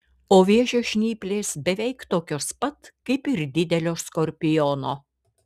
o vėžio žnyplės beveik tokios pat kaip ir didelio skorpiono